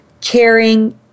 caring